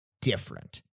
different